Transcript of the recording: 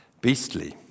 Beastly